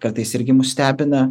kartais irgi mus stebina